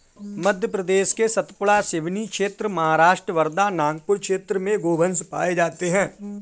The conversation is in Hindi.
मध्य प्रदेश के सतपुड़ा, सिवनी क्षेत्र, महाराष्ट्र वर्धा, नागपुर क्षेत्र में गोवंश पाये जाते हैं